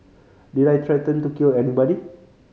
did I threaten to kill anybody